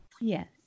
Yes